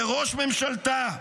וראש ממשלתה,